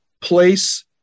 place